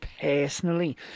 personally